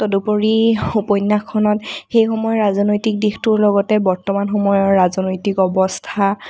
তদুপৰি উপন্যাসখনত সেই সময়ৰ ৰাজনৈতিক দিশটোৰ লগতে বৰ্তমান সময়ৰ ৰাজনৈতিক অৱস্থা